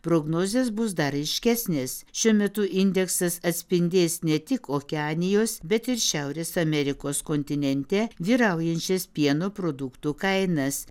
prognozės bus dar ryškesnės šiuo metu indeksas atspindės ne tik okeanijos bet ir šiaurės amerikos kontinente vyraujančias pieno produktų kainas